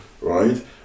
right